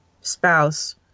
spouse